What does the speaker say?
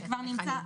זה כבר נמצא,